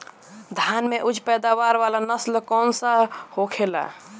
धान में उच्च पैदावार वाला नस्ल कौन सा होखेला?